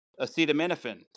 acetaminophen